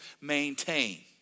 maintain